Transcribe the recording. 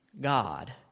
God